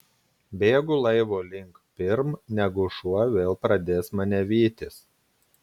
bėgu laivo link pirm negu šuo vėl pradės mane vytis